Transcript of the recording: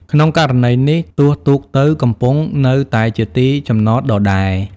ក្នុងករណីនេះ ទោះទូកទៅ កំពង់នៅតែជាទីចំណតដដែល។